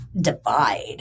divide